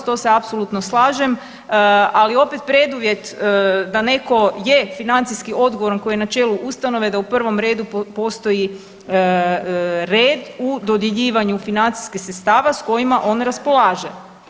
To se apsolutno slažem, ali opet preduvjet da netko je financijski odgovoran koji je na čelu ustanove da u prvom redu postoji red u dodjeljivanju financijskih sredstava s kojima on raspolaže.